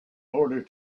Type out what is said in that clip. order